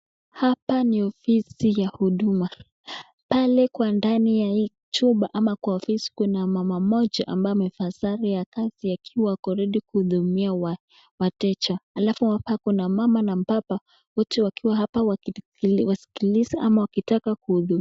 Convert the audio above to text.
Hapa ni ofisi ya huduma, pale kwa ndani ya hii chumba ama kwa ofisi kuna mama mmoja ambaye amevaa sare ya kazi akiwa ako ready kuhudumia wateja, halafu hapa kuna mama na mbaba wote wakiwa hapa wakisikiliza ama wakitaka kuhudumiwa.